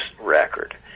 record